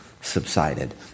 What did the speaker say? subsided